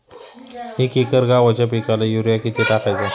एक एकर गव्हाच्या पिकाला युरिया किती टाकायचा?